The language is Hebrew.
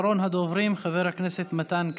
אחרון הדוברים, חבר הכנסת מתן כהנא.